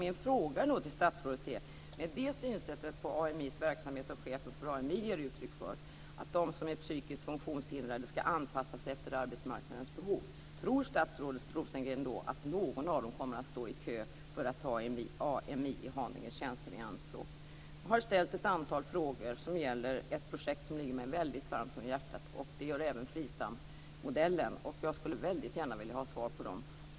Min fråga till statsrådet blir då: När det gäller det synsätt på AMI:s verksamhet som chefen för AMI ger uttryck för, att de som är psykiskt funktionshindrade ska anpassas efter arbetsmarknadens behov, tror statsrådet Rosengren då att någon kommer att stå i kö för att ta AMI:s i Haninge tjänster i anspråk? Jag har ställt ett antal frågor om ett projekt som ligger mig väldigt varmt om hjärtat, och det gör även FRISAM-modellen. Jag skulle väldigt gärna vilja ha svar på dessa frågor.